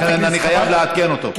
לכן אני חייב לעדכן אותו.